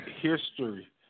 History